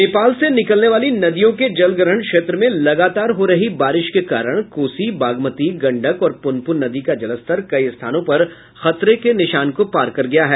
नेपाल से निकलने वाली नदियों के जलग्रहण क्षेत्र में लगातार हो रही बारिश के कारण कोसी बागमती गंडक और प्रनपुन नदी का जलस्तर कई स्थानों पर खतरे के निशान को पार कर गया है